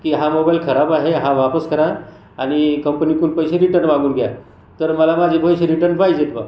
की हा मोबाईल खराब आहे हा वापस करा आणि कंपनीकडून पैसे रिटर्न मागून घ्या तर मला माझे पैसे रिटर्न पाहिजेत बा